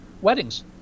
weddings